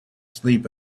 sleep